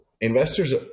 investors